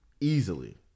Easily